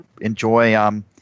enjoy